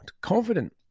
confident